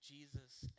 Jesus